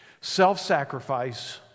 Self-sacrifice